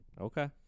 Okay